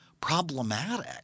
problematic